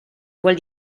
vuole